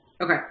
Okay